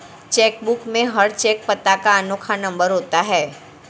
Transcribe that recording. check book में हर cheque पता का अनोखा नंबर होता है